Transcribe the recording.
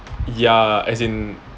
ya as in